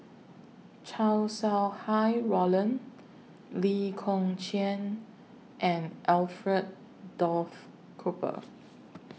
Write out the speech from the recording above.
Chow Sau Hai Roland Lee Kong Chian and Alfred Duff Cooper